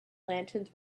lanterns